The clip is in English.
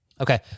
Okay